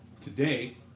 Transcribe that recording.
Today